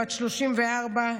בת 34,